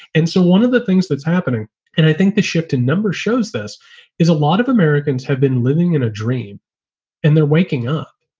and so one of the things that's happening and i think the shift in numbers shows this is a lot of americans have been living in a. rain and they're waking up.